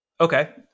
Okay